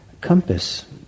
compass